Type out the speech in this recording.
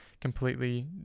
completely